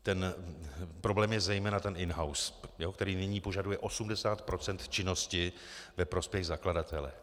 Ten problém je zejména ten in house, který nyní požaduje 80 % činnosti ve prospěch zakladatele.